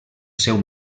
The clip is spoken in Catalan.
seu